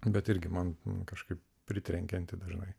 bet irgi man kažkaip pritrenkianti dažnai